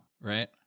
right